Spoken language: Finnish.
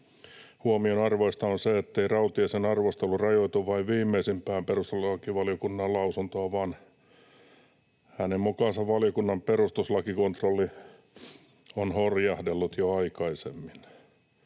Huomionarvoista on se, ettei Rautiaisen arvostelu rajoitu vain viimeisimpään perustuslakivaliokunnan lausuntoon vaan hänen mukaansa valiokunnan perustuslakikontrolli on horjahdellut jo aikaisemmin.